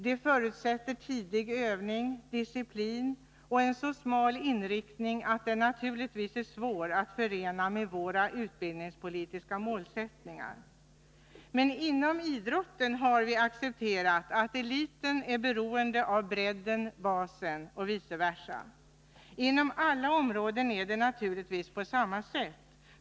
Det förutsätter tidig övning, disciplin och en inriktning så smal att den naturligtvis är svår att förena med våra utbildningspolitiska målsättningar. Inom idrotten däremot har vi accepterat att eliten är beroende av bredden/basen och vice versa. Inom alla områden är det naturligtvis på samma sätt.